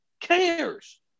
cares